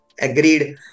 agreed